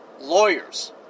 lawyers